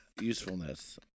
usefulness